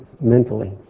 mentally